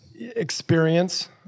experience